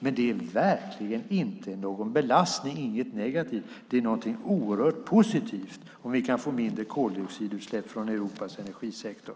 Men det är verkligen inte någon belastning. Det är ingenting negativt. Det är någonting oerhört positivt om vi kan få mindre koldioxidutsläpp från Europas energisektor.